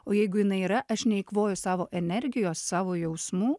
o jeigu jinai yra aš neeikvoju savo energijos savo jausmų